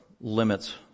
limits